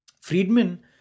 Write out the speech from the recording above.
Friedman